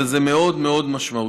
וזה מאוד מאוד משמעותי.